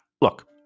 look